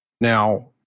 Now